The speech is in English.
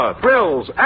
thrills